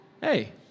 Hey